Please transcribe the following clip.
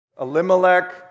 Elimelech